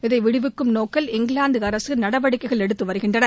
இதை விடுவிக்கும் நோக்கில் இங்கிலாந்து அரசு நடவடிக்கைகள் எடுத்து வருகிறது